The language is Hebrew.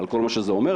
על כל מה שזה אומר,